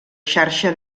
xarxa